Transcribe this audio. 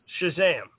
Shazam